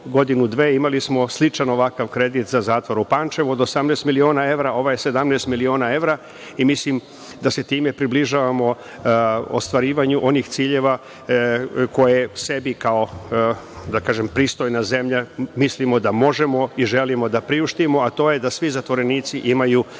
godinu, dve sličan ovakav kredit za zatvor u Pančevu od 18 miliona evra, ovaj je 17 miliona evra, i mislim da se time približavamo ostvarivanju onih ciljeva koje sebi kao pristojna zemlja mislimo da možemo i želimo da priuštimo a to je da svi zatvorenici imaju